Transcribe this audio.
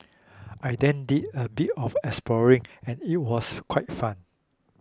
I then did a bit of exploring and it was quite fun